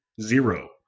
Zero